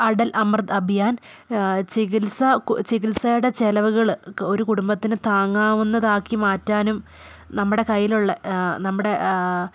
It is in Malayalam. അടൽ അമൃത് അഭിയാൻ ചികിത്സ ചികിത്സയുടെ ചെലവുകൾ ഒരു കുടുംബത്തിന് താങ്ങാവുന്നതാക്കി മാറ്റാനും നമ്മുടെ കയ്യിലുള്ള നമ്മുടെ